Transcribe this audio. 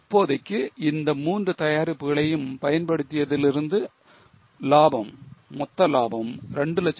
இப்போதைக்கு இந்த மூன்று தயாரிப்புகளையும் பயன்படுத்தியதிலிருந்து லாபம் மொத்த லாபம் 235000